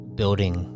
building